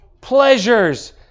Pleasures